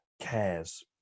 cares